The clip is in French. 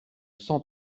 cent